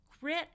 Grit